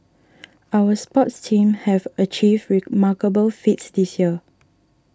our sports teams have achieved remarkable feats this year